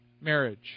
marriage